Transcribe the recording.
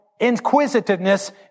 inquisitiveness